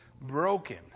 broken